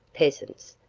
peasants,